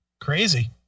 Crazy